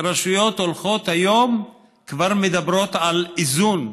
יותר ויותר רשויות הולכות היום וכבר מדברות על איזון,